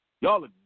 Y'all